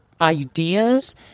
ideas